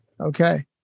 Okay